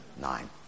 nine